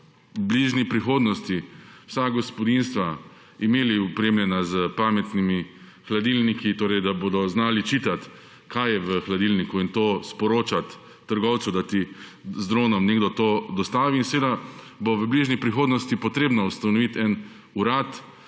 bližnji prihodnosti vsa gospodinjstva imeli opremljena s pametnimi hladilniki, torej, da bodo znali brati, kaj je v hladilniku, in to sporočati trgovcu, da ti z dronom nekdo to dostavi. In, seveda, v bližnji prihodnosti bo treba ustanoviti nek urad,